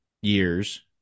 years